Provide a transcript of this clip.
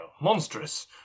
monstrous